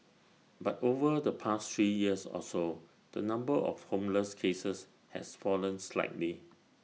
but over the past three years or so the number of homeless cases has fallen slightly